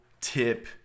tip